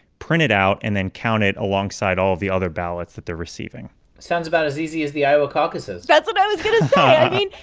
print it out and then count it alongside all of the other ballots that they're receiving sounds about as easy as the iowa caucuses that's what i was going to say so i mean,